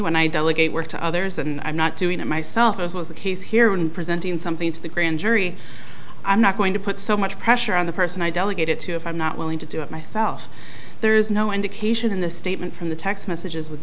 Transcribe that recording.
when i delegate work to others and i'm not doing it myself as was the case here in presenting something to the grand jury i'm not going to put so much pressure on the person i delegated to if i'm not willing to do it myself there's no indication in the statement from the text messages with